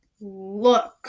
look